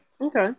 Okay